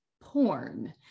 porn